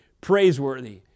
praiseworthy